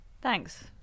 thanks